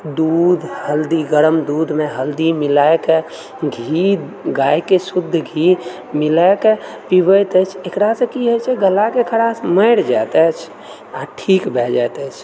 दूध हल्दी गरम दूधमे हल्दी मिलाएके घी गायके शुद्ध घी मिलाएके पीबैत अछि एकरासँ की हइ छै गलाके खराश मरि जाएत अछि आ ठीक भए जाएत अछि